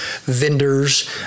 vendors